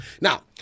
Now